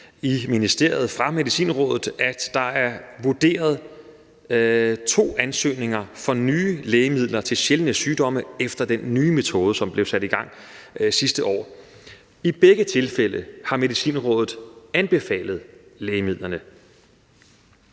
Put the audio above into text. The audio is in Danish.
i ministeriet fra Medicinrådet, at der er vurderet to ansøgninger for nye lægemidler til sjældne sygdomme efter den nye metode, som blev sat i gang sidste år. I begge tilfælde har Medicinrådet anbefalet lægemidlerne.